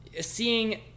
seeing